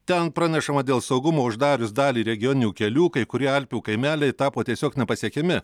ten pranešama dėl saugumo uždarius dalį regioninių kelių kai kurie alpių kaimeliai tapo tiesiog nepasiekiami